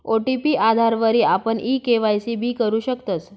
OTP आधारवरी आपण e KYC भी करु शकतस